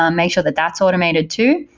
um make sure that that's automated too.